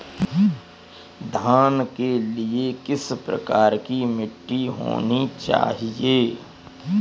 धान के लिए किस प्रकार की मिट्टी होनी चाहिए?